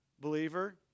Believer